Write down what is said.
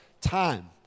time